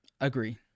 Agree